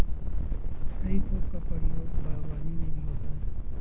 हेइ फोक का प्रयोग बागवानी में भी होता है